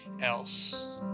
else